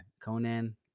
Conan